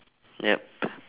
yup